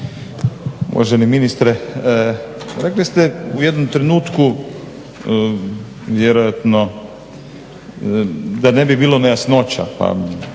Uvaženi ministre, rekli ste u jednom trenutku vjerojatno, da ne bi bilo nejasnoća